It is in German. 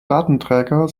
datenträger